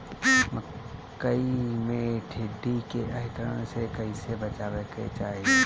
मकई मे टिड्डी के आक्रमण से कइसे बचावे के चाही?